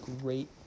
Great